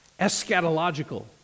eschatological